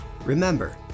Remember